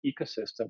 ecosystem